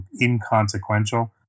inconsequential